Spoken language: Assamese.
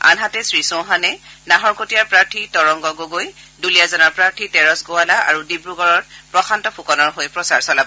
আনহাতে শ্ৰীচৌহানে নাহৰকটীয়াৰ প্ৰাৰ্থী তৰংগ গগৈ দুলিয়াজানৰ প্ৰাৰ্থী তেৰছ গোৱালা আৰু ডিব্ৰুগড়ত প্ৰশান্ত ফুকনৰ হৈ প্ৰচাৰ চলাব